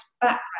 background